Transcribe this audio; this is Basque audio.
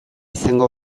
izango